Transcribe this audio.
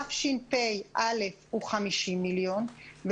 הסכום בתשפ"א הוא 50 מיליון ש"ח,